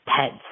pets